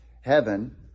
Heaven